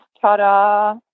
Ta-da